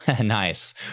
Nice